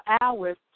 hours